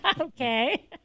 Okay